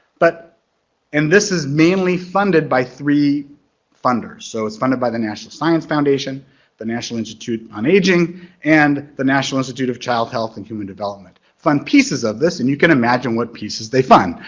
but and this is mainly funded by three funders. so it's funded by the national science foundation the national institute on aging and the national institute of child health and human development fund pieces of this and you can imagine what pieces they fund.